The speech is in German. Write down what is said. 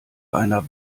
einer